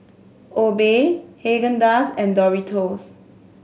Obey Haagen Dazs and Doritos